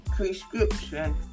Prescription